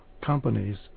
companies